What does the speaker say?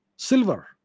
Silver